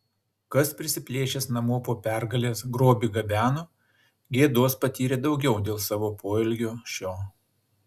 kas prisiplėšęs namo po pergalės grobį gabeno gėdos patyrė daugiau dėl savo poelgio šio